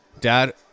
Dad